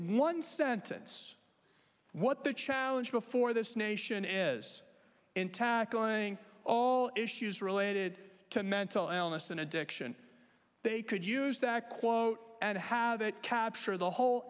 one sentence what the challenge before this nation is in tackling all issues related to mental illness and addiction they could use that quote and have it capture the whole